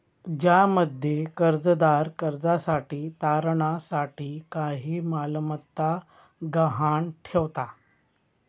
ज्यामध्ये कर्जदार कर्जासाठी तारणा साठी काही मालमत्ता गहाण ठेवता